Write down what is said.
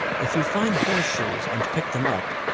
if you find horseshoes and pick them up,